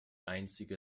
einzige